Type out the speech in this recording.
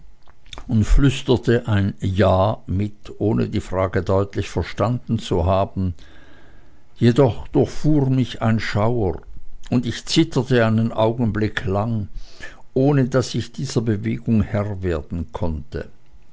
und flüsterte ein ja mit ohne die frage deutlich verstanden zu haben jedoch durchfuhr mich ein schauer und ich zitterte einen augenblick lang ohne daß ich dieser bewegung herr werden konnte